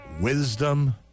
wisdom